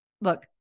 look